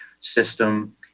system